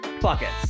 buckets